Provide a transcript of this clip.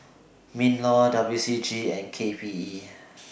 MINLAW W C G and K P E